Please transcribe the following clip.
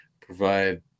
provide